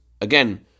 again